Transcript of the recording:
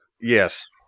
Yes